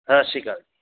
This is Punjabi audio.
ਸਤਿ ਸ਼੍ਰੀ ਅਕਾਲ ਜੀ